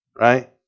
right